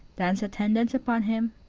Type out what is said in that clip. danced attendance upon him,